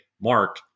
Mark